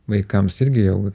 vaikams irgi jau